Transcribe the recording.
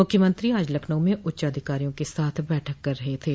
मुख्यमंत्री आज लखनऊ में उच्चाधिकारियों के साथ बैठक कर रहे थे